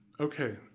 Okay